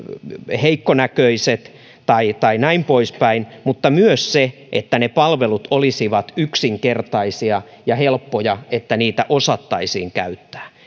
heikkonäköiset tai tai näin poispäin mutta myös sitä että ne palvelut olisivat yksinkertaisia ja helppoja niin että niitä osattaisiin käyttää